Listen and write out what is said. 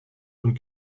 und